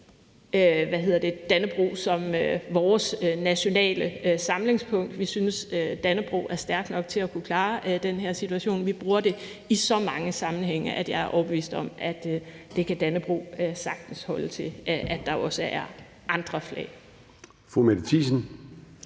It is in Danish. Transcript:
Dannebrog som vores nationale samlingspunkt. Vi synes, at Dannebrog er stærk nok til at kunne klare den her situation. Vi bruger det i så mange sammenhænge, at jeg er overbevist om, at Dannebrog sagtens holde til, at der også er andre flag.